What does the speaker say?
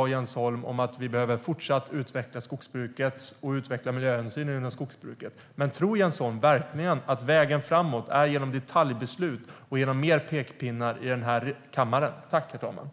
och Jens Holm är överens om att vi behöver fortsätta att utveckla skogsbruket och miljöhänsynen inom skogsbruket. Men tror Jens Holm verkligen att vägen framåt är detaljbeslut och mer pekpinnar i den här kammaren?